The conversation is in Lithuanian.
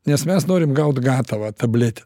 nes mes norim gaut gatavą tabletę